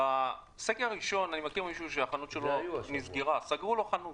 בסקר הראשון אני מכיר מישהו שסגרו לו חנות.